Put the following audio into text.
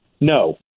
No